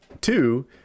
Two